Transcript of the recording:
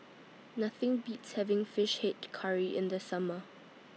Nothing Beats having Fish Head Curry in The Summer